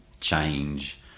change